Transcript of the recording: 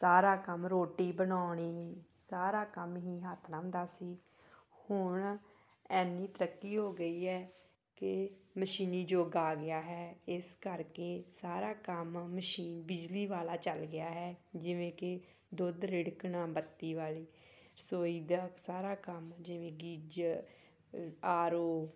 ਸਾਰਾ ਕੰਮ ਰੋਟੀ ਬਣਾਉਣੀ ਸਾਰਾ ਕੰਮ ਹੀ ਹੱਥ ਨਾਲ ਹੁੰਦਾ ਸੀ ਹੁਣ ਇੰਨੀ ਤਰੱਕੀ ਹੋ ਗਈ ਹੈ ਕਿ ਮਸ਼ੀਨੀ ਯੁੱਗ ਆ ਗਿਆ ਹੈ ਇਸ ਕਰਕੇ ਸਾਰਾ ਕੰਮ ਮਸ਼ੀ ਬਿਜਲੀ ਵਾਲਾ ਚਲ ਗਿਆ ਹੈ ਜਿਵੇਂ ਕਿ ਦੁੱਧ ਰਿੜਕਣਾ ਬੱਤੀ ਵਾਲੀ ਰਸੋਈ ਦਾ ਸਾਰਾ ਕੰਮ ਜਿਵੇਂ ਗੀਜਰ ਅ ਆਰ ਓ